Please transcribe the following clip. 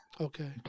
Okay